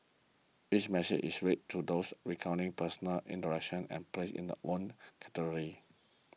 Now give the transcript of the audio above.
each message is read to those recounting personal interactions are placed in their own category